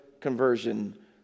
conversion